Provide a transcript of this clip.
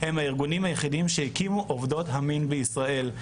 הם הארגונים היחידים שהקימו עובדות המין בישראל.